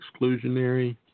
exclusionary